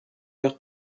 were